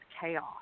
chaos